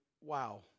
wow